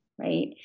right